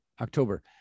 october